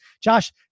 Josh